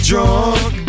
Drunk